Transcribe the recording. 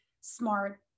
smart